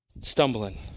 Stumbling